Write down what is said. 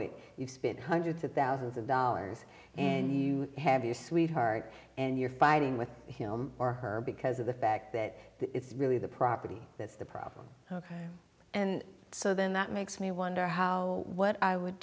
it you've spent hundreds of thousands of dollars and you have your sweetheart and you're fighting with him or her because of the fact that it's really the property that's the problem ok and so then that makes me wonder how what i would